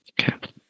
Okay